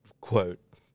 Quote